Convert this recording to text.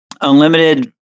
unlimited